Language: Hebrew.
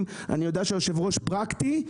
אני יודע שהיו"ר פרקטי,